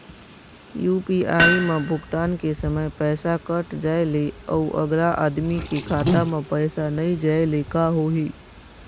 UPI म भुगतान के समय पैसा कट जाय ले, अउ अगला आदमी के खाता म पैसा नई जाय ले का होही?